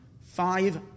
five